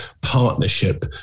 partnership